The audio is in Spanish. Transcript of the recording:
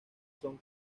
son